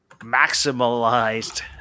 maximalized